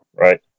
right